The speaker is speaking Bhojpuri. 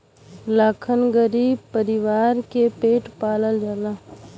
लाखन गरीब परीवार के पेट पालल जाला